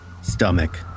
stomach